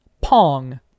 Pong